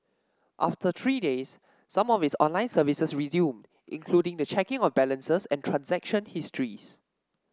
after three days some of its online services resumed including the checking of balances and transaction histories